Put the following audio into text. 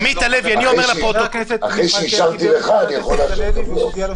אחרי שאישרתי לך אני יכול לאשר גם לו.